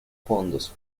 fondos